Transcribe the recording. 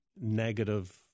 negative